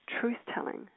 truth-telling